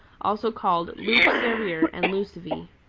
also called loup cervier and lucivee.